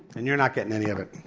and you're not getting any of it.